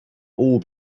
all